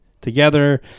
together